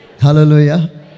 Hallelujah